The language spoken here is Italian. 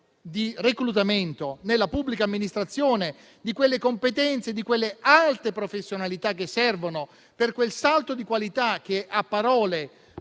il reclutamento nella pubblica amministrazione di quelle competenze, di quelle alte professionalità che servono per quel salto di qualità che, a parole,